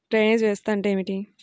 Drainage వ్యవస్థ అంటే ఏమిటి?